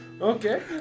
Okay